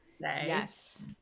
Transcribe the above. Yes